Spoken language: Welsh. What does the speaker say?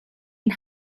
ein